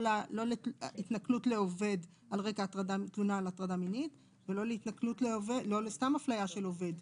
לא להתנכלות לעובד על רקע תלונה על הטרדה מינית ולא לסתם אפליה של עובד,